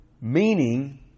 Meaning